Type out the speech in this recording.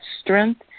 strength